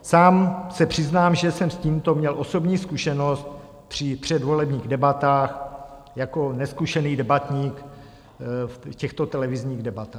Sám se přiznám, že jsem s tímto měl osobní zkušenost při předvolebních debatách jako nezkušený debatník v těchto televizních debatách.